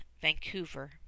Vancouver